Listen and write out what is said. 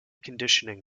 conditioning